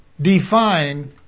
define